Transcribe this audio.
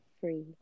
free